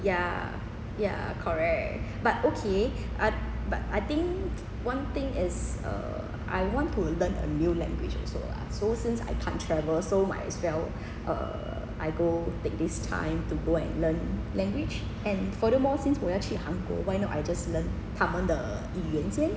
ya ya correct but okay but but I think one thing is err I want to learn a new language also lah so since I can't travel so might as well err I go take this time to go and learn language and furthermore since 我要去韩国 why not I just learn 他们的语言先